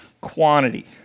quantity